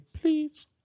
Please